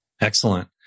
Excellent